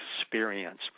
experience